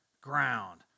ground